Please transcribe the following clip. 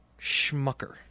schmucker